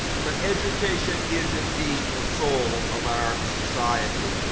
but education is indeed the soul of our society.